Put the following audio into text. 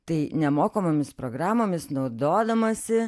tai nemokamomis programomis naudodamasi